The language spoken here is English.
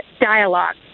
dialogue